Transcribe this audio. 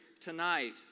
tonight